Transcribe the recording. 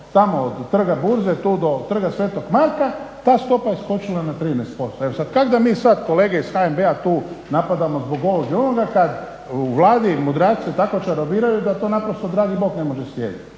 tamo od Trga burze tu do Trga sv. Marka ta stopa je skočila na 13%. Evo kak' da mi sad kolege iz HNB-a tu napadamo zbog ovog i onoga kad u Vladi mudraci tako čarobiraju da to naprosto dragi bog ne može slijediti.